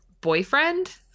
boyfriend